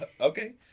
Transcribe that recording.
Okay